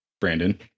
Brandon